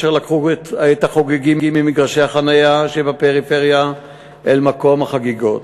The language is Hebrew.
אשר לקחו את החוגגים ממגרשי החנייה שבפריפריה אל מקום החגיגות.